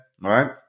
right